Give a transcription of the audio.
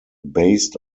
based